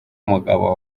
umugabo